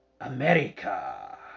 America